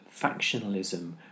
factionalism